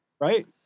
Right